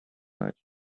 merchant